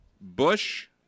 Bush